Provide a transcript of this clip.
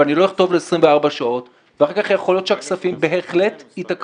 ואני לא אכתוב לו "24 שעות"; ואחר כך יכול להיות שהכספים בהחלט יתעכבו.